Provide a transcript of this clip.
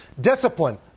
discipline